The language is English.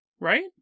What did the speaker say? right